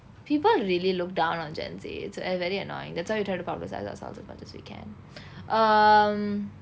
people really look down on gen Z it's a very annoying that's why we try to publicise ourselves as much as we can um